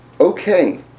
okay